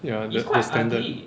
ya the the standard